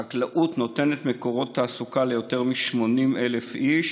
החקלאות נותנת מקורות תעסוקה ליותר מ-80,000 איש,